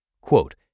Quote